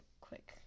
quick